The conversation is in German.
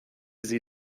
sie